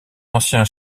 ancien